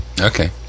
okay